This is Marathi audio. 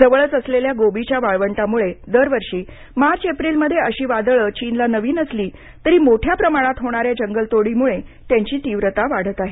जवळच असलेल्या गोबीच्या वाळवंटामुळे दर वर्षी मार्च एप्रिलमध्ये अशी वादळ चीनला नवी नसली तरी मोठ्या प्रमाणात होणाऱ्या जंगलतोडीमुळे त्यांची तीव्रता वाढत आहे